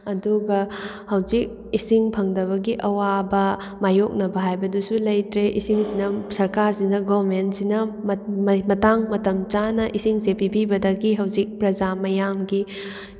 ꯑꯗꯨꯒ ꯍꯧꯖꯤꯛ ꯏꯁꯤꯡ ꯐꯪꯗꯕꯒꯤ ꯑꯋꯥꯕ ꯃꯥꯌꯣꯛꯅꯕ ꯍꯥꯏꯕꯗꯨꯁꯨ ꯂꯩꯇ꯭ꯔꯦ ꯏꯁꯤꯡꯁꯤꯅ ꯁꯔꯀꯥꯔꯁꯤꯅ ꯒꯣꯔꯃꯦꯟꯁꯤꯅ ꯃꯇꯥꯡ ꯃꯇꯝ ꯆꯥꯅ ꯏꯁꯤꯡꯁꯦ ꯄꯤꯕꯤꯕꯗꯒꯤ ꯍꯧꯖꯤꯛ ꯄ꯭ꯔꯖꯥ ꯃꯌꯥꯝꯒꯤ